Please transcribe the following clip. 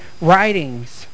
writings